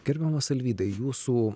gerbiamas alvydai jūsų